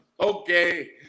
Okay